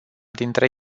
dintre